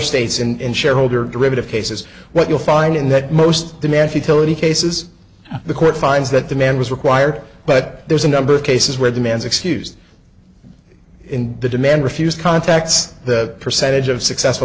states and shareholder derivative case is what you'll find in that most demand utility cases the court finds that the man was required but there's a number of cases where the man's excuse in the demand refused contacts the percentage of successful